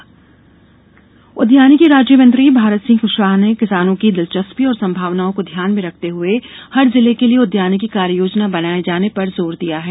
उद्यानिकी योजना उद्यानिकी राज्यमंत्री भारत सिंह कृशवाहा ने किसानों की दिलचस्पी और संभावनाओं को ध्यान में रखते हुए हर जिले के लिए उद्यानिकी कार्ययोजना बनाये जाने पर जोर दिया है